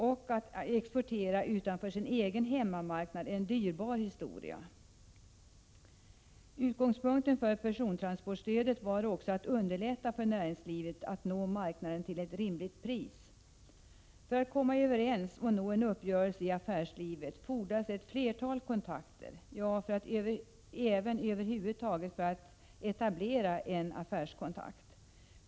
Men att exportera, att gå utanför sin egen hemmamarknad, är en dyrbar historia. Utgångspunkten för persontransportstödet var bl.a. att underlätta för näringslivet att nå marknaden till ett rimligt pris. För att komma överens och nå en uppgörelse i affärslivet — ja, för att över huvud taget etablera en affärskontakt — fordras ett flertal kontakter.